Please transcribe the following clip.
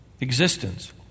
existence